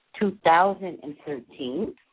2013